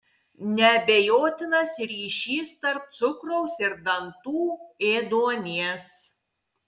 neabejotinas ryšys tarp cukraus ir dantų ėduonies